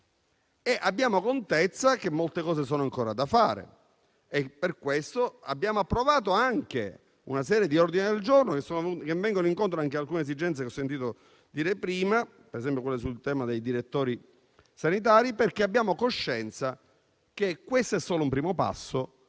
Abbiamo contezza che molte cose sono ancora da fare: per questo abbiamo approvato anche una serie di ordini del giorno che vanno incontro anche ad alcune esigenze che ho sentito sottolineare prima, come quella sul tema dei direttori sanitari, perché abbiamo coscienza che questo è solo un primo passo